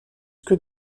que